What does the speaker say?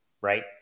right